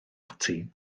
ati